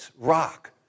Rock